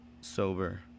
Sober